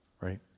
Right